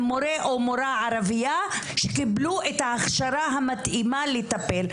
מורה או מורה ערבייה שקיבלו את ההכשרה המתאימה לטפל.